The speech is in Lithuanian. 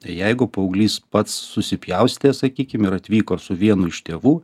jeigu paauglys pats susipjaustė sakykim ir atvyko su vienu iš tėvų